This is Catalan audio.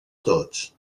tots